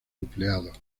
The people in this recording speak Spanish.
empleados